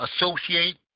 associate